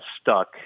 stuck